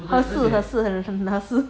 合适的合适的很很合适